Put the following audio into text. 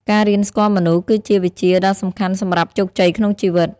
ការរៀនស្គាល់មនុស្ស គឺជាវិជ្ជាដ៏សំខាន់សម្រាប់ជោគជ័យក្នុងជីវិត។